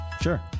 Sure